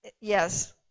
Yes